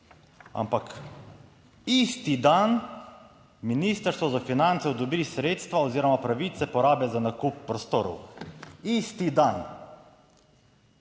ampak isti dan Ministrstvo za finance odobri sredstva oziroma pravice porabe za nakup prostorov. Isti dan.